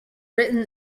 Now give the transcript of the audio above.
written